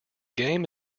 game